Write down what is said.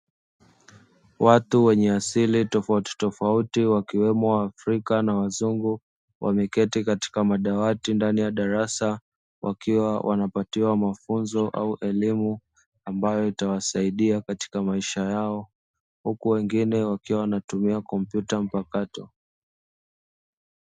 Watu wenye asili tofautitofauti wakiwemo, waafrika na wazungu wameketi katika madawati ndani ya darasa. Wakiwa wanapatiwa mafunzo au elimu itakayowasaidia Katika maisha yao huku wengine wakiwa wanatumia kompyuta mpakato.